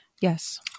Yes